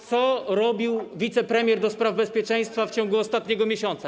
Co robił wicepremier do spraw bezpieczeństwa w ciągu ostatniego miesiąca?